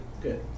good